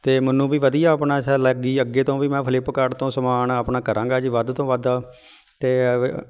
ਅਤੇ ਮੈਨੂੰ ਵੀ ਵਧੀਆ ਆਪਣਾ ਅੱਛਾ ਲੱਗੀ ਅੱਗੇ ਤੋਂ ਵੀ ਮੈਂ ਫਲਿਪਕਾਡ ਤੋਂ ਸਮਾਨ ਆਪਣਾ ਕਰਾਂਗਾ ਜੀ ਵੱਧ ਤੋਂ ਵੱਧ ਅਤੇ